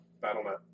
Battle.net